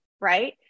right